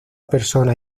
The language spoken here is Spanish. persona